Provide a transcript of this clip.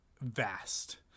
vast